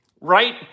right